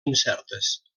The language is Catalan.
incertes